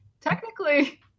technically